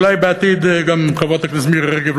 אולי בעתיד גם חברת הכנסת מירי רגב,